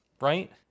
right